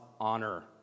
honor